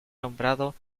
nombrado